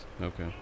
Okay